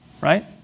right